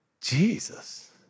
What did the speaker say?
Jesus